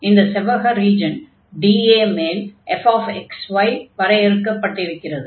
இந்த செவ்வக region dA மேல் fxy வரையறுக்கப்பட்டிருக்கிறது